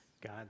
God